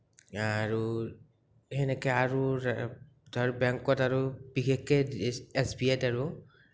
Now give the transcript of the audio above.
আৰু সেনেকে আৰু বেংকত আৰু বিশেষকে এচ বি আইত আৰু